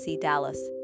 Dallas